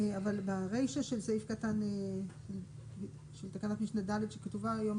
אבל ברישא של תקנת משנה (ד) שכתובה היום,